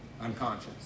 unconscious